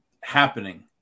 happening